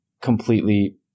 completely